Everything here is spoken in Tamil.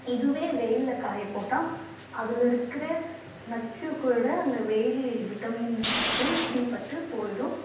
இதுவே வெயிலில் காய போட்டால் அதில் இருக்கிற நச்சு கூட அந்த வெயில் விட்டமின் பட்டு சி பட்டு போயிடும்